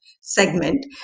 segment